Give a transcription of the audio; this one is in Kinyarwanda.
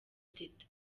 teta